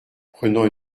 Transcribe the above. prenant